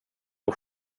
och